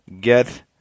get